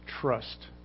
trust